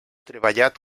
treballat